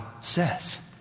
says